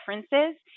differences